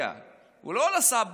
הוא לא נסע הביתה,